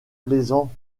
plaisant